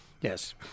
Yes